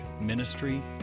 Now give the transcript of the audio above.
ministry